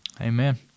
Amen